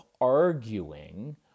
arguing